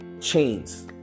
chains